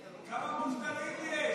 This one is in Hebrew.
כמה מובטלים יש?